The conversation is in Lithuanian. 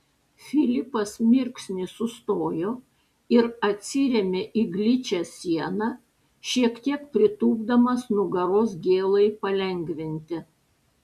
filipas mirksnį sustojo ir atsirėmė į gličią sieną šiek tiek pritūpdamas nugaros gėlai palengvinti